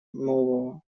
нового